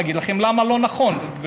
אגיד לכם למה זה לא נכון, גברתי,